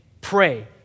Pray